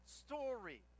story